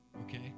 okay